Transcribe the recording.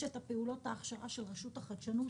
יש את פעולות ההכשרה של רשות החדשנות,